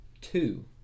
two